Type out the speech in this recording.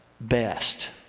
best